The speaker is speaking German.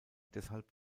deshalb